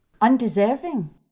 Undeserving